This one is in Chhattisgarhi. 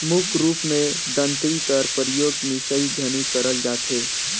मुख रूप मे दँतरी कर परियोग मिसई घनी करल जाथे